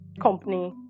company